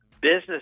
business